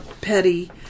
petty